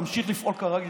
תמשיך לפעול כרגיל,